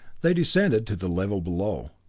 they descended to the level below,